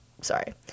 sorry